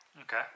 Okay